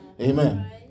Amen